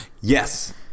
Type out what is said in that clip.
Yes